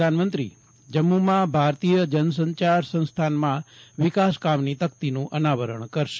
પ્રધાનમંત્રી જમ્મુમાં ભારતીય જન સંચાર સંસ્થાનમાં વિકાશ કામની તકતીનું અનાવરણ કરશે